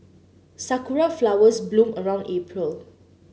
sakura flowers bloom around April